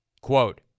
quote